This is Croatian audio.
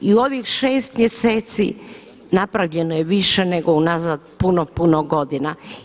I u ovih šest mjeseci napravljeno je više nego unazad puno, puno godina.